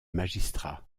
magistrats